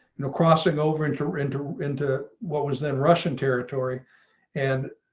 know, crossing over into into into what was then russian territory and